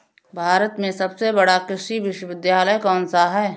भारत में सबसे बड़ा कृषि विश्वविद्यालय कौनसा है?